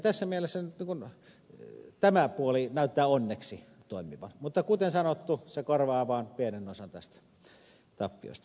tässä mielessä tämä puoli näyttää onneksi toimivan mutta kuten sanottu se korvaa vaan pienen osan tästä tappiosta